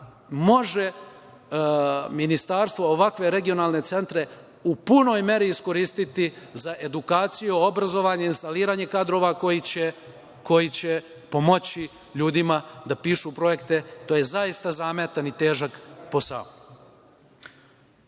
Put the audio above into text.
da ministarstvo može ovakve regionalne centre u punoj meri iskoristiti za edukaciju, obrazovanje, instaliranje kadrova koji će pomoći ljudima da pišu projekte. To je za zaista zahtevan i težak posao. Na